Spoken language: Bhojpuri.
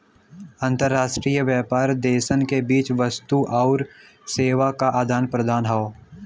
अंतर्राष्ट्रीय व्यापार देशन के बीच वस्तु आउर सेवा क आदान प्रदान हौ